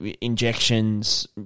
injections